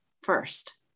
first